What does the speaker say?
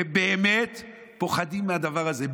הם באמת פוחדים מהדבר הזה,